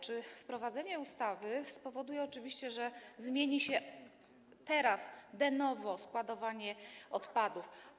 Czy wprowadzenie ustawy spowoduje, że zmieni się teraz de novo składowanie odpadów?